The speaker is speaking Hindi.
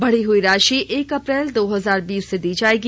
बढ़ी हुई राशि एक अप्रैल दो हजार बीस से दी जाएगी